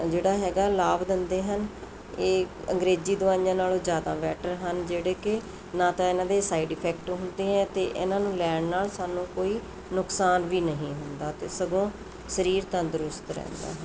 ਜਿਹੜਾ ਹੈਗਾ ਲਾਭ ਦਿੰਦੇ ਹਨ ਇਹ ਅੰਗਰੇਜ਼ੀ ਦਵਾਈਆਂ ਨਾਲੋਂ ਜ਼ਿਆਦਾ ਬੈਟਰ ਹਨ ਜਿਹੜੇ ਕਿ ਨਾ ਤਾਂ ਇਹਨਾਂ ਦੇ ਸਾਈਡ ਇਫੈਕਟ ਹੁੰਦੇ ਹੈ ਅਤੇ ਇਹਨਾਂ ਨੂੰ ਲੈਣ ਨਾਲ ਸਾਨੂੰ ਕੋਈ ਨੁਕਸਾਨ ਵੀ ਨਹੀਂ ਹੁੰਦਾ ਅਤੇ ਸਗੋਂ ਸਰੀਰ ਤੰਦਰੁਸਤ ਰਹਿੰਦਾ ਹੈ